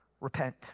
Repent